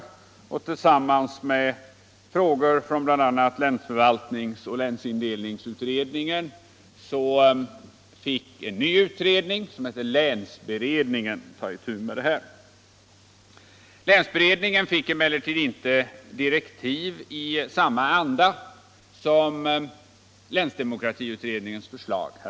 En ny utredning, länsberedningen, fick ta itu med dessa frågor tillika med frågor från bl.a. länsförvaltningsoch länsindelningsutredningarna. Länsberedningen fick emellertid inte direktiv i samma anda som länsdemokratiutredningens förslag.